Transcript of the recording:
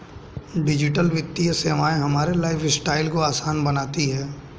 digital वित्तीय सेवाएं हमारे लाइफस्टाइल को आसान बनाती हैं